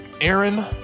Aaron